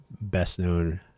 best-known